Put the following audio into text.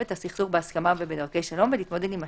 את הסכסוך בהסכמה ובדרכי שלום ולהתמודד עם השלכותיו,